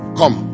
come